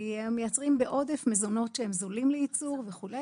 כי המייצרים בעודף מזונות שהם זולים לייצור וכו',